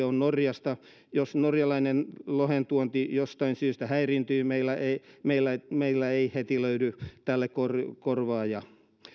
on norjasta jos norjalaisen lohen tuonti jostain syystä häiriintyy meillä meillä ei heti löydy tälle korvaajaa